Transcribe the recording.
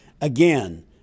Again